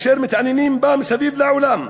אשר מתעניינים בה מסביב לעולם.